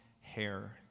hair